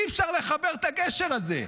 אי-אפשר לחבר את הגשר הזה.